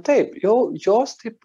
taip jau jos taip